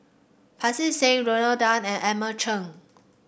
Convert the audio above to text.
Pancy Seng Rodney Tan and Edmund Chen